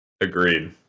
Agreed